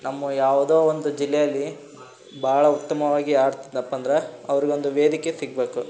ನಮ್ಮ ಯಾವುದೋ ಒಂದು ಜಿಲ್ಲೆಯಲ್ಲಿ ಭಾಳ ಉತ್ತಮವಾಗಿ ಆಡ್ತಿದ್ದನಪ್ಪ ಅಂದ್ರೆ ಅವರಿಗೊಂದು ವೇದಿಕೆ ಸಿಗಬೇಕು